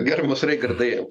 gerbiamas raigardai